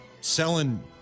selling